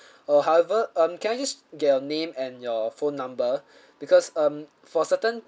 err however um can I just get your name and your phone number because um for certain